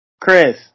Chris